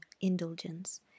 indulgence